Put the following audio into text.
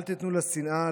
אל תיתנו לשנאה,